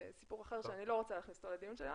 זה סיפור אחר שאני לא רוצה להכניס אותו לדיון שלנו.